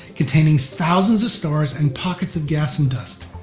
containing thousands of stars and pockets of gas and dust.